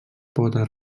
pota